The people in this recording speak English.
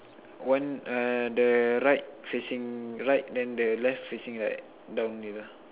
one uh the right facing right then the left facing right